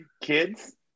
kids